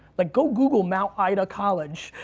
like go google mount ida college,